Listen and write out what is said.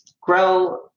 grow